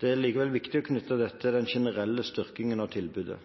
Det er likevel viktig å knytte dette til den generelle styrkingen av tilbudet.